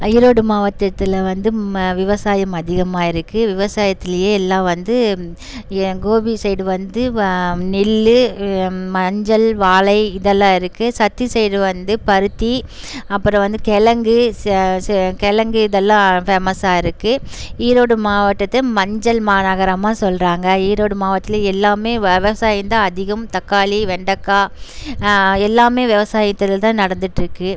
ஈரோடு மாவட்டத்தில் வந்து ம விவசாயம் அதிகமாக இருக்குது விவசாயத்துலேயே எல்லாம் வந்து ஏன் கோபி சைடு வந்து வ நெல் மஞ்சள் வாழை இதெல்லாம் இருக்குது சத்தி சைடு வந்து பருத்தி அப்புறம் வந்து கிலங்கு ச ச கிலங்கு இதெல்லாம் ஃபேமஸ்ஸாக இருக்குது ஈரோடு மாவட்டத்தை மஞ்சள் மாநகரமாக சொல்கிறாங்க ஈரோடு மாவட்டத்தில் எல்லாமே விவசாயம் தான் அதிகம் தக்காளி வெண்டக்காய் எல்லாமே விவசாயத்தில் தான் நடந்துகிட்ருக்கு